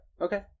Okay